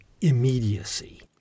Immediacy